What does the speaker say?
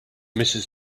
mrs